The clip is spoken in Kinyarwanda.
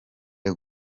the